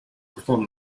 performed